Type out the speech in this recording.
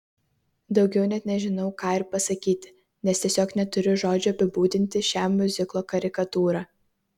daugiau net nežinau ką ir pasakyti nes tiesiog neturiu žodžių apibūdinti šią miuziklo karikatūrą